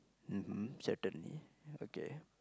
mhm certainly okay